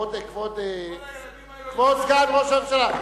כל הילדים האלה הולכים לשרת, כבוד סגן ראש הממשלה.